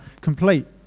complete